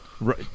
right